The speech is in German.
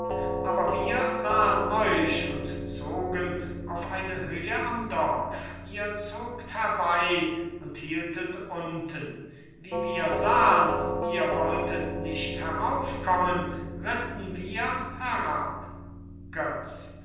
aber wir sahn euch und zogen auf eine höhe am dorf ihr zogt herbei und hieltet unten wie wir sahn ihr wolltet nicht heraufkommen ritten wir herab götz